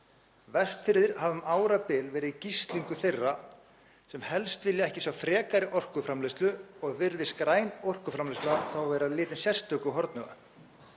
Vestfirðir hafa um árabil verið í gíslingu þeirra sem helst vilja ekki sjá frekari orkuframleiðslu og virðist græn orkuframleiðsla þá vera litin sérstöku hornauga.